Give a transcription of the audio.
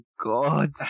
God